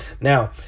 Now